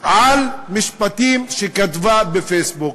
על משפטים שכתבה בפייסבוק.